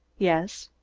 yes.